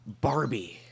Barbie